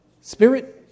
spirit